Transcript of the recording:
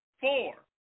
four